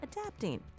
adapting